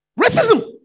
Racism